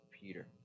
Peter